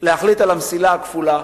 להחליט על המסילה הכפולה.